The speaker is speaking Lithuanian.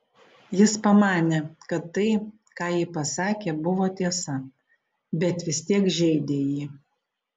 jis pamanė kad tai ką ji pasakė buvo tiesa bet vis tiek žeidė jį